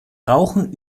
rauchen